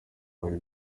bari